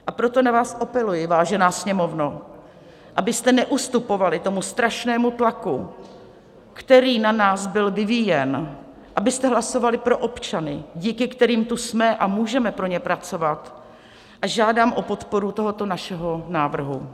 A proto na vás apeluji, vážená Sněmovno, abyste neustupovali tomu strašnému tlaku, který na nás byl vyvíjen, abyste hlasovali pro občany, díky kterým tu jsme a můžeme pro ně pracovat, a žádám o podporu tohoto našeho návrhu.